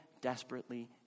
desperately